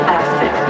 acid